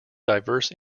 diverse